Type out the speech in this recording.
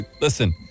Listen